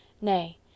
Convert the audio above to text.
Nay